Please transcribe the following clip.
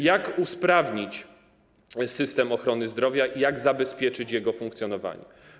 Jak usprawnić system ochrony zdrowia i jak zabezpieczyć jego funkcjonowanie?